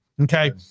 okay